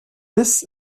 biss